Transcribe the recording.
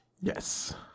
Yes